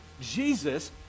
Jesus